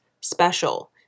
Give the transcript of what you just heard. special